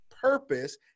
purpose